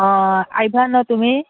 অঁ আহিবা ন তুমি